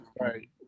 right